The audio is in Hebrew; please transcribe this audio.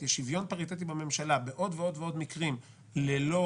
שיש שוויון פריטטי בממשלה בעוד ועוד מקרים ללא